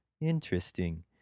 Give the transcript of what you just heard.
Interesting